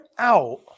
out